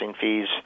fees